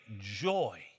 joy